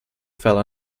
fell